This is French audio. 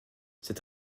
cet